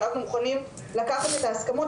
אנחנו מוכנים לקחת את ההסכמות,